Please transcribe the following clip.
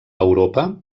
europa